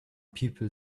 people